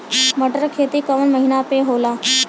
मटर क खेती कवन महिना मे होला?